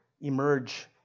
emerge